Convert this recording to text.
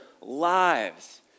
lives